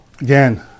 again